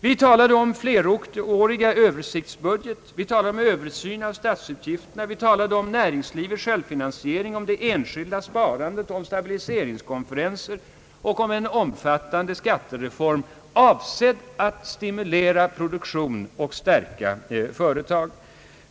Vi talade om en flerårig översiktsbudget, en översyn av statsutgifterna, näringslivets självfinansiering, det enskilda sparandet, stabiliseringskonferenser samt en omfattande skattereform avsedd att stimulera produktion och stärka företag.